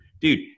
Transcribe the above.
Dude